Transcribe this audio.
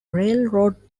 railroad